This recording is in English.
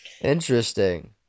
Interesting